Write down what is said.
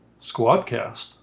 Squadcast